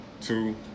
two